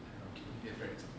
okay maybe I've read it somewhere